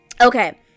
Okay